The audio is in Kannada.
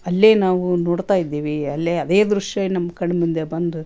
ಅಲ್ಲೇ ನಾವು ನೋಡ್ತಾ ಇದ್ದೀವಿ ಅಲ್ಲೇ ಅದೇ ದೃಶ್ಯ ನಮ್ಮ ಕಣ್ಣಮುಂದೆ ಬಂದು